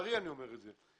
לצערי אני אומר את זה,